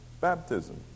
baptism